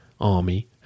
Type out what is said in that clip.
army